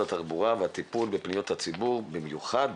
התחבורה והטיפול בפניות הציבור במיוחד